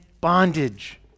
bondage